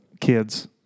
kids